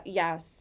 yes